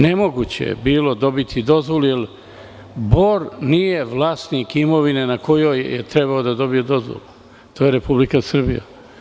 Nemoguće je bilo dobiti dozvolu, jer Bor nije vlasnik imovine na kojoj je trebao da dobije dozvolu, već je Republika Srbija.